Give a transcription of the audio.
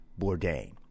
Bourdain